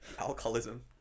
Alcoholism